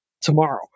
tomorrow